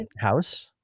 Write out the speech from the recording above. house